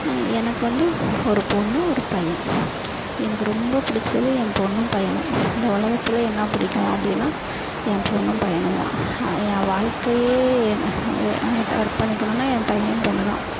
எனக்கு வந்து ஒரு பெண்ணு ஒரு பையன் எனக்கு ரொம்ப பிடிச்சது என் பெண்ணும் பையனும் இந்த உலகத்துல என்ன பிடிக்கும் அப்படின்னா என் பெண்ணும் பையனும் தான் ஏன் வாழ்க்கையே அர்ப்பணிக்கணும்னால் என் பையன் பொண்ணுதான்